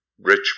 Rich